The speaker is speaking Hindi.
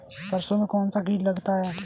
सरसों में कौनसा कीट लगता है?